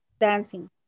dancing